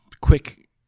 quick